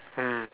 mm